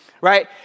right